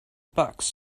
bucks